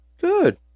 good